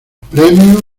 premios